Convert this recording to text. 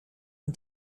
een